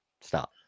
stop